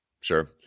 Sure